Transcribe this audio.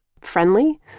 friendly